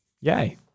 Yay